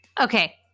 Okay